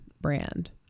brand